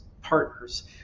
partners